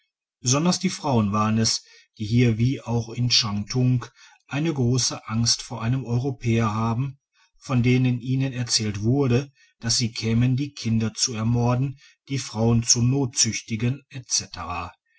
besonders die frauen waren es die hier wie auch in shantung eine grosse angst vor einem europäer haben von denen ihnen erzählt wurde dass sie kämen die kinder zu ermorden die frauen zu notzüchtigen